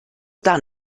età